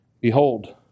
Behold